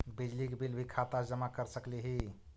बिजली के बिल भी खाता से जमा कर सकली ही?